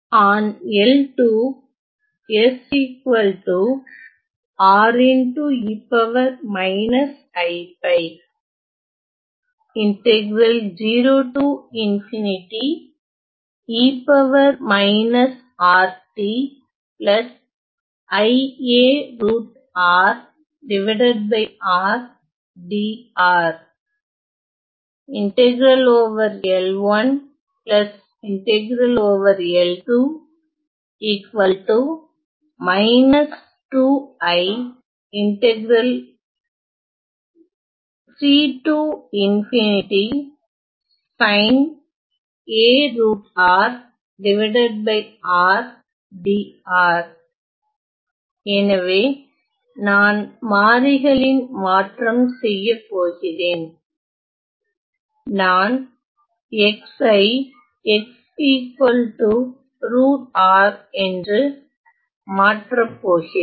எனவே எனவே நான் மாறிகளின் மாற்றம் செய்யப்போகிறேன் நான் x ஐ x என்று மாற்றப் போகிறேன்